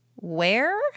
Where